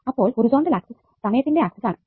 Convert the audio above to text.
അപ്പോൾ horizontal axis സമയത്തിന്റെ axis ആണ്